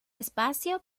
espacio